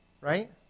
Right